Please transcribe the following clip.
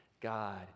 God